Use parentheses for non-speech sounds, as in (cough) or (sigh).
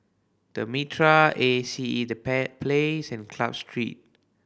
The Mitraa A C E The (unintelligible) Place and Club Street